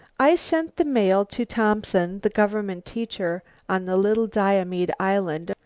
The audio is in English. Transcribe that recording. i sent the mail to thompson, the government teacher on the little diomede island,